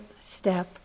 step